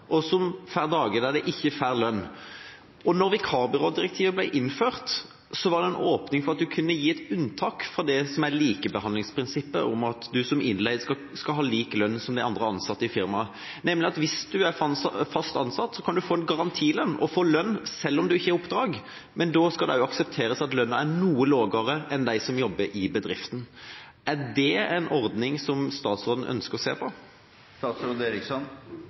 og som har dager da de ikke får lønn. Da vikarbyrådirektivet ble innført, var det en åpning for å kunne gi et unntak fra likebehandlingsprinsippet, at du som innleid skal ha lik lønn som de andre ansatte i firmaet. Hvis du er fast ansatt, kan du få en garantilønn og få lønn selv om du ikke har oppdrag, men da skal det også aksepteres at lønnen er noe lavere enn for dem som jobber i bedriften. Er det en ordning som statsråden ønsker å se på?